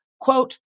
quote